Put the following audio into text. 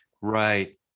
Right